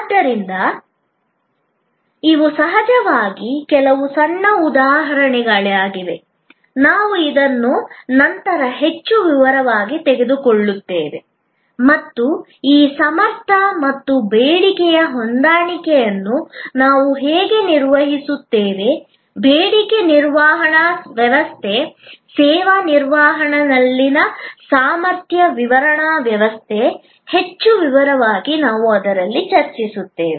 ಆದ್ದರಿಂದ ಇವು ಸಹಜವಾಗಿ ಕೆಲವು ಸಣ್ಣ ಉದಾಹರಣೆಗಳಾಗಿವೆ ನಾವು ಇದನ್ನು ನಂತರ ಹೆಚ್ಚು ವಿವರವಾಗಿ ತೆಗೆದುಕೊಳ್ಳುತ್ತೇವೆ ಮತ್ತು ಈ ಸಾಮರ್ಥ್ಯ ಮತ್ತು ಬೇಡಿಕೆಯ ಹೊಂದಾಣಿಕೆಯನ್ನು ನಾವು ಹೇಗೆ ನಿರ್ವಹಿಸುತ್ತೇವೆ ಬೇಡಿಕೆ ನಿರ್ವಹಣಾ ವ್ಯವಸ್ಥೆ ಸೇವಾ ನಿರ್ವಹಣೆಯಲ್ಲಿನ ಸಾಮರ್ಥ್ಯ ನಿರ್ವಹಣಾ ವ್ಯವಸ್ಥೆ ಹೆಚ್ಚು ವಿವರವಾಗಿ ನಾವು ಅದರಲ್ಲಿ ಚರ್ಚಿಸುತ್ತೇವೆ